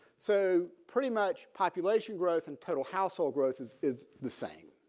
so pretty much population growth and total household growth is is the same.